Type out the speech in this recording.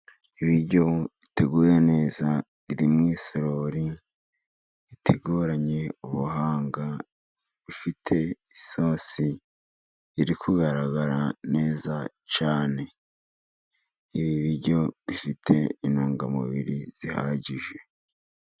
Ibiryo biteguye neza, biri mu isorori, biteguranye ubuhanga, bifite isosi, biri kugaragara neza cyane. Ibi biryo bifite intungamubiri zihagije.